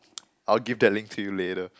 I will give that link to you later